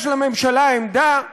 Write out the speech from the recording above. יש לממשלה עמדה?